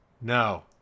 No